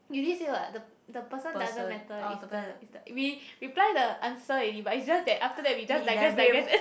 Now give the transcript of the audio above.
you already say what the the person doesn't matter it's the it's the we reply the answer already but it's just that after that we just digress digress